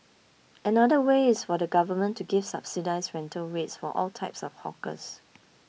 another way is for the government to give subsidised rental rates for all types of hawkers